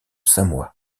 samoa